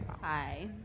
Hi